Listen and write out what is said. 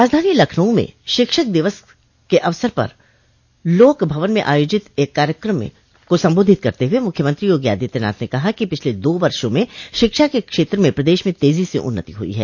राजधानी लखनऊ में शिक्षक दिवस के अवसर पर लोक भवन में आयोजित एक कार्यक्रम को संबोधित करते हुए मुख्यमंत्री योगी आदित्यनाथ ने कहा कि पिछले दो वर्षो में शिक्षा के क्षेत्र में प्रदेश में तेजी से तीस हुई है